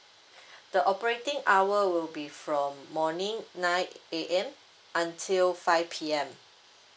the operating hour will be from morning nine A_M until five P_M